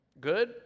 Good